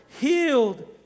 healed